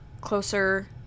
closer